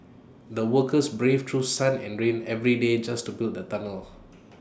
the workers braved through sun and rain every day just to build the tunnel